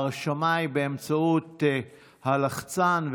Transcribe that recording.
ההרשמה היא באמצעות הלחצן,